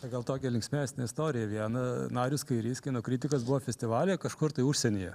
tai gal tokią linksmesnę istoriją vieną narius kairys kino kritikas buvo festivalyje kažkur tai užsienyje